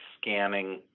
scanning